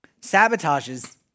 sabotages